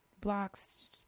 blocks